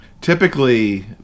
typically